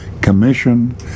commission